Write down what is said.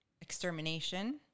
extermination